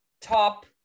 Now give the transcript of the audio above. top